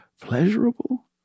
pleasurable